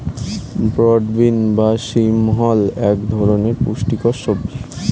broad bean বা শিম হল এক ধরনের পুষ্টিকর সবজি